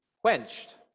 quenched